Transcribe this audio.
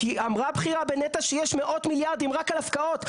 כי אמרה בכירה בנת"ע שיש מאות מיליארדים רק על הפקעות.